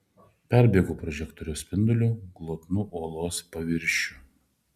perbėgo prožektoriaus spinduliu glotnų uolos paviršių